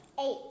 eight